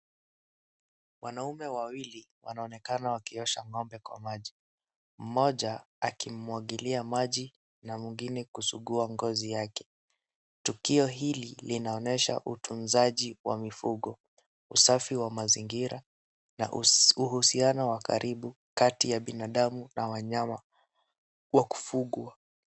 Wanaume wawili wanaonekana wakiosha ng'ombe kwa maji mmoja akimwagilia maji na mwingine akisugua ngozi yake. Tukio hili linaonyesha utunzaji wa mifugo usafi wa mazingira na uhusiano wa karibu kati ya binadamu na wanyama wa kufugwa.